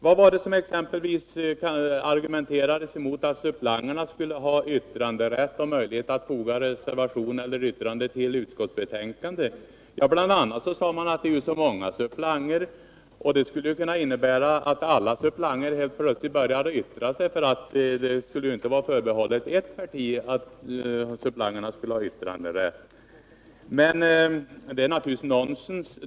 Vilka argument finns det exempelvis emot att suppleanterna skulle ha yttranderätt och möjlighet att foga reservation eller yttrande till utskottsbetänkande? Jo, bl.a. sades det att det är många suppleanter och att det skulle kunna innebära risk för att alla suppleanterna helt plötsligt började yttra sig, eftersom denna yttranderätt inte skulle vara förbehållen bara ert parti. Detta är naturligtvis nonsens.